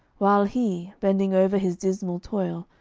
while he, bending over his dismal toil,